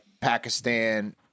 Pakistan